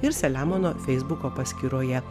ir selemono feisbuko paskyroje